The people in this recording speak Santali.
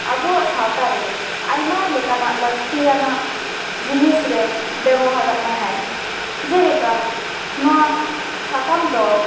ᱟᱵᱚᱣᱟᱜ ᱥᱟᱶᱛᱟ ᱨᱮ ᱟᱭᱢᱟᱞᱮᱠᱟᱱᱟᱜ ᱞᱟᱹᱠᱛᱤᱭᱟᱱᱟᱜ ᱡᱤᱱᱤᱥ ᱨᱮ ᱵᱮᱵᱚᱦᱟᱨᱮᱫ ᱛᱟᱦᱮᱫ ᱡᱮᱞᱮᱠᱟ ᱱᱚᱣᱟ ᱥᱟᱠᱟᱢ ᱫᱚ